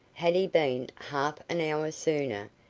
had he been half an hour sooner,